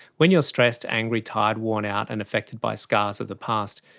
when you are stressed, angry, tired, worn out and affected by scars of the past,